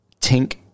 tink